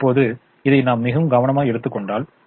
இப்போது இதை நாம் மிகவும் கவனமாக எடுத்துக் கொண்டால்